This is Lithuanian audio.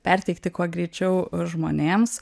perteikti kuo greičiau žmonėms